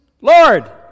Lord